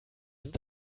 sind